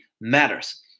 matters